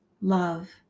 love